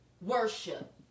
worship